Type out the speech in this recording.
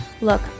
Look